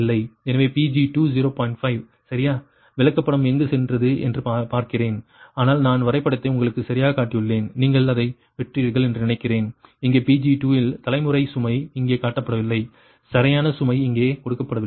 5 சரியா விளக்கப்படம் எங்கு சென்றது என்று பார்க்கிறேன் ஆனால் நான் வரைபடத்தை உங்களுக்குச் சரியாகக் காட்டியுள்ளேன் நீங்கள் அதைப் பெற்றீர்கள் என்று நினைக்கிறேன் இங்கே Pg2 இல் தலைமுறை சுமை இங்கே காட்டப்படவில்லை சரியான சுமை இங்கே கொடுக்கப்படவில்லை